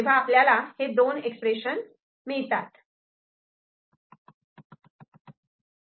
तेव्हा आपल्यासाठी हे दोन एक्सप्रेशन मिळतात FABCDE B